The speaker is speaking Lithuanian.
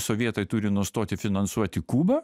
sovietai turi nustoti finansuoti kubą